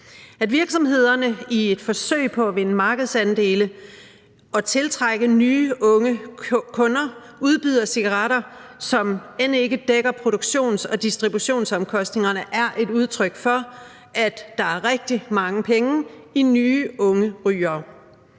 At virksomhederne i et forsøg på at vinde markedsandele og tiltrække nye unge kunder udbyder cigaretter, som end ikke dækker produktions- og distributionsomkostningerne, er et udtryk for, at der er rigtig mange penge i nye unge rygere.